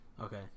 Okay